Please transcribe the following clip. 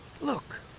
Look